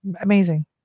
Amazing